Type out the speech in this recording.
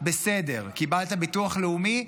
בסדר, קיבלת ביטוח לאומי?